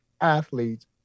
athletes